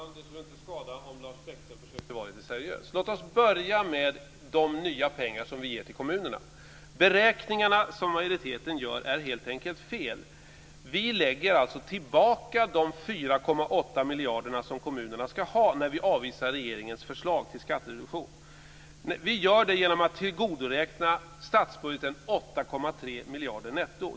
Fru talman! Det skulle inte skada om Lars Bäckström försökte vara lite seriös. Låt oss börja med de nya pengar vi ger till kommunerna. De beräkningar som majoriteten gör är helt enkelt felaktiga. Vi lägger alltså tillbaka de 4,8 miljarder som kommunerna ska ha när vi avvisar regeringens förslag till skattereduktion. Vi gör det genom att tillgodoräkna statsbudgten 8,3 miljarder netto.